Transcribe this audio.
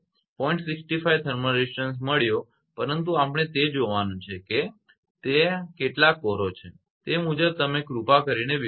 65 thermal resistance મળ્યો પરંતુ આપણે તે જોવાનું છે કે ત્યાં કેટલા કોરો છે તે મુજબ તમે કૃપા કરીને વિભાજિત કરો